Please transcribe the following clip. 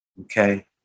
okay